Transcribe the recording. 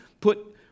put